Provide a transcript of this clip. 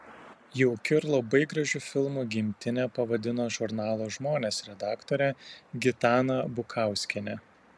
jaukiu ir labai gražiu filmu gimtinę pavadino žurnalo žmonės redaktorė gitana bukauskienė